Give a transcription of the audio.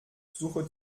suche